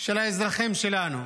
את האזרחים שלנו.